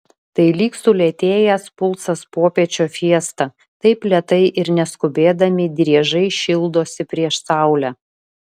tai lyg sulėtėjęs pulsas popiečio fiesta taip lėtai ir neskubėdami driežai šildosi prieš saulę